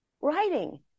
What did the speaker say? writing